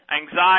anxiety